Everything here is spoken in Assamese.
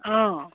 অঁ